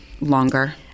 longer